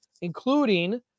including